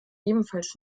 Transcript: ebenfalls